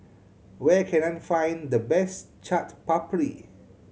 where can I find the best Chaat Papri